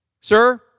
Sir